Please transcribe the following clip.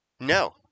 No